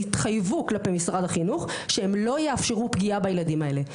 והתחייבו כלפי משרד החינוך שהם לא יאפשרו פגיעה בילדים האלה.